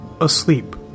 asleep